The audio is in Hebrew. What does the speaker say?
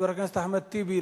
חבר הכנסת אחמד טיבי,